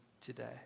today